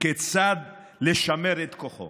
כיצד לשמר את כוחו.